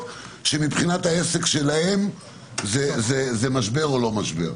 שמבחינת העסק שלהם זה משבר או לא משבר.